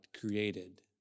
created